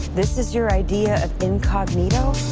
this is your idea of incognito?